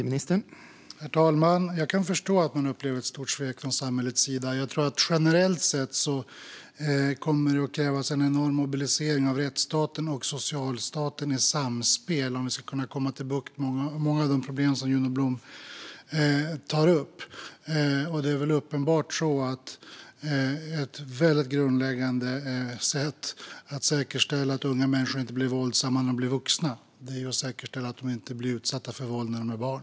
Herr talman! Jag kan förstå att man upplever ett stort svek från samhällets sida. Generellt sett kommer det att krävas en enorm mobilisering av rättsstaten och socialstaten i samspel om vi ska kunna få bukt med många av de problem som Juno Blom tar upp. Men det är väl uppenbart att ett grundläggande sätt att säkerställa att unga människor inte blir våldsamma när de blir vuxna är att se till att de inte blir utsatta för våld när de är barn.